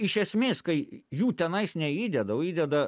iš esmės kai jų tenais neįdeda o įdeda